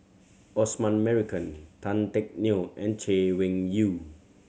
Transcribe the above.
Osman Merican Tan Teck Neo and Chay Weng Yew